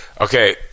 Okay